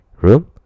room